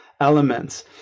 elements